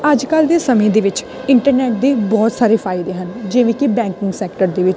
ਅੱਜ ਕੱਲ੍ਹ ਦੇ ਸਮੇਂ ਦੇ ਵਿੱਚ ਇੰਟਰਨੈਟ ਦੇ ਬਹੁਤ ਸਾਰੇ ਫਾਇਦੇ ਹਨ ਜਿਵੇਂ ਕਿ ਬੈਂਕਿੰਗ ਸੈਕਟਰ ਦੇ ਵਿੱਚ